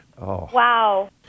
Wow